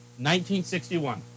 1961